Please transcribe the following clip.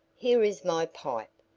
here is my pipe.